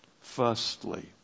Firstly